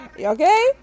okay